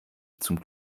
zum